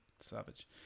Savage